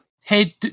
Hey